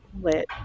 lit